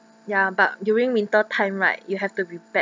ya but during winter time right you have to repack